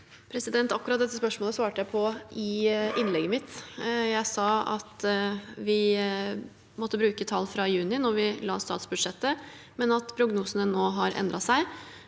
Akkurat dette spørsmålet svarte jeg på i innlegget mitt. Jeg sa at vi måtte bruke tall fra juni da vi la statsbudsjettet, men at prognosene nå har endret seg.